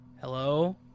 hello